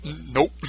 Nope